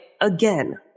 again